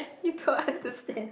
you don't understand